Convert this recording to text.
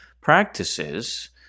practices